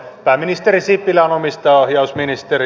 pääministeri sipilä on omistajaohjausministeri